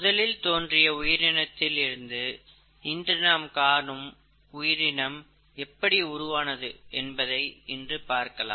முதலில் தோன்றிய உயிரினத்தில் இருந்து இன்று நாம் காணும் உயிரினம் எப்படி உருவானது என்பதை இன்று பார்க்கலாம்